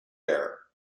air